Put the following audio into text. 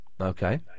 Okay